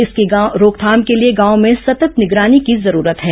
इसकी रोकथाम के लिए गांवों में सतत निगरानी की जरूरत है